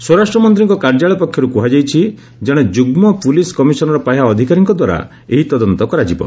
ସ୍ୱରାଷ୍ଟ୍ର ମନ୍ତ୍ରୀଙ୍କ କାର୍ଯ୍ୟାଳୟ ପକ୍ଷରୁ କୁହାଯାଇଛି ଜଣେ ଯୁଗ୍ମ ପୁଲିସ୍ କମିଶନର୍ ପାହ୍ୟା ଅଧିକାରୀଙ୍କଦ୍ୱାରା ଏହି ତଦନ୍ତ କରାଯିବ